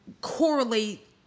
correlate